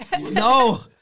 No